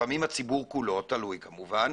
לפעמים הציבור כולו, תלוי כמובן,